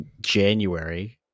January